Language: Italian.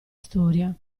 storia